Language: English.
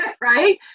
Right